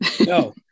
No